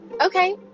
okay